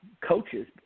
coaches